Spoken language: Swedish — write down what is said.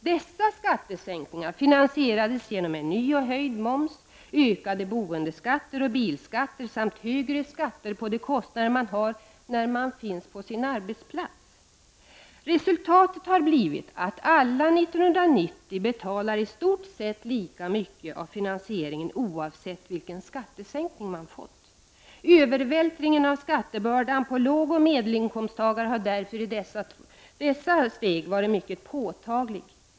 Dessa skattesänkningar finansierades genom en ny och höjd moms, ökade boendeskatter och bilskatter samt högre skatter på de kostnader man har när man finns på sin arbetsplats. Resultatet har blivit att alla år 1990 betalar i stort sett lika mycket av finansieringen, oavsett vilken skattesänkning man fått. Övervältringen av skattebördan på lågoch medelinkomsttagare har därför i dessa steg varit mycket påtaglig.